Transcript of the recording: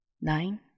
Nine